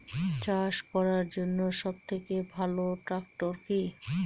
চাষ করার জন্য সবথেকে ভালো ট্র্যাক্টর কি?